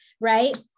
Right